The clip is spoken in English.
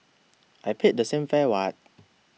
I paid the same fare what